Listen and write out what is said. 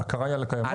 הבקרה היא על הקיימות?